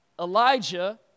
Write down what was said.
Elijah